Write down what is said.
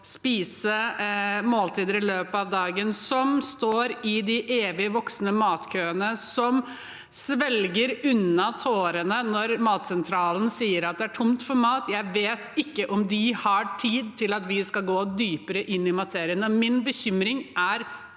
spise måltider i løpet av dagen, som står i de evig voksende matkøene, som svelger unna tårene når matsentralen sier at det er tomt for mat, har tid til at vi skal gå dypere inn i materien. Min bekymring er